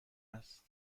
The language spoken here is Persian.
است